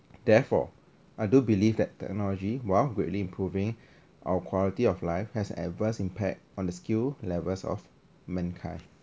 therefore I do believe that technology while greatly improving our quality of life has adverse impact on the skill levels of mankind